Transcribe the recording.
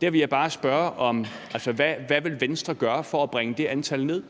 Der vil jeg bare spørge, hvad Venstre vil gøre for at bringe det antal ned.